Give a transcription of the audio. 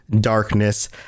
Darkness